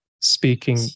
speaking